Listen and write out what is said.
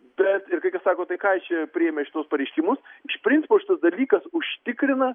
bet ir kai kas sako o tai ką jis čia priėmė šituos pareiškimus iš principo šitas dalykas užtikrina